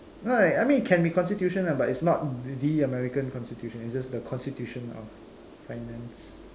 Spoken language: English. no uh I mean can be constitution lah but its not the american constitution it's just the constitution of finance